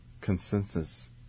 consensus